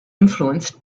influenced